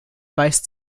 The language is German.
weist